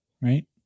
right